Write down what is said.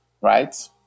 right